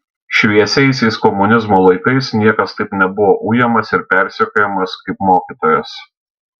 šviesiaisiais komunizmo laikais niekas taip nebuvo ujamas ir persekiojamas kaip mokytojas